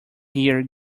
hear